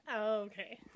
okay